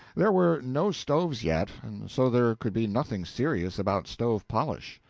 there were no stoves yet, and so there could be nothing serious about stove-polish.